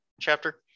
chapter